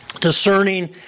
Discerning